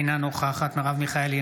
אינה נוכחת מרב מיכאלי,